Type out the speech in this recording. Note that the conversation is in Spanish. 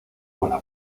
buena